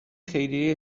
خیریه